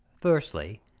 firstly